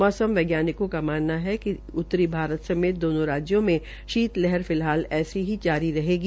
मौसम वैज्ञानिकों का मानना है कि उत्तरी भारत समेंत दोनों राज्यों में शीतलहर फिलहाल ऐसे ही जारी रहेगी